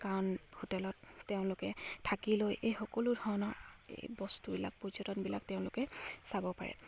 কাৰণ হোটেলত তেওঁলোকে থাকি লৈ এই সকলো ধৰণৰ এই বস্তুবিলাক পৰ্যটনবিলাক তেওঁলোকে চাব পাৰে